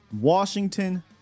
Washington